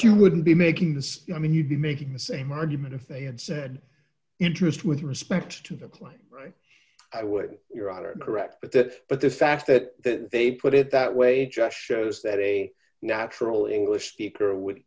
you wouldn't be making i mean you'd be making the same argument if they had said interest with respect to the claim right i would your honor correct but that but the fact that they put it that way josh shows that a natural english d speaker would